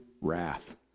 wrath